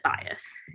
bias